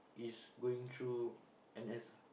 is going through N_S ah